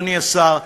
אדוני השר,